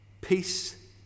Peace